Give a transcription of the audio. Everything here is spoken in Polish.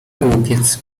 głupiec